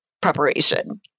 preparation